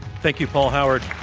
thank you, paul howard.